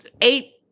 Eight